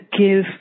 give